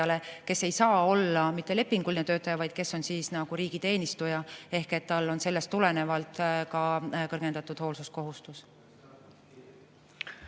kes ei ole mitte lepinguline töötaja, vaid kes on riigiteenistuja ja kellel on sellest tulenevalt ka kõrgendatud hoolsuskohustus.